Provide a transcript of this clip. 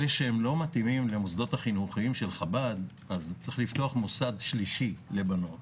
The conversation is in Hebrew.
שלא מתאימים למוסדות החינוכיים של חב"ד צריך לפתוח מוסד שלישי לבנות